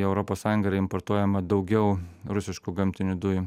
į europos sąjungą yra importuojama daugiau rusiškų gamtinių dujų